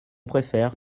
préfère